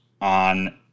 on